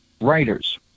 writers